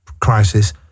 crisis